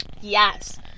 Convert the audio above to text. yes